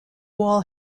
wall